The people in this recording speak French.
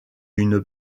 une